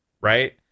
right